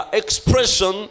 expression